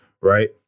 Right